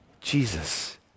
Jesus